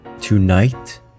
Tonight